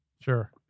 Sure